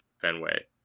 Fenway